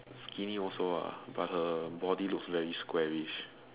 skinny also ah but her body look very squarish